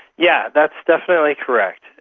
yeah that's definitely correct.